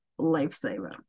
lifesaver